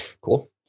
Cool